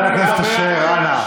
אתה דמגוג, חבר הכנסת אשר, אנא.